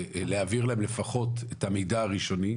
להעביר להם לפחות את המידע הראשוני?